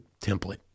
template